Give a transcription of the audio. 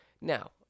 Now